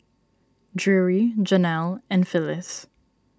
Drury Janelle and Phylis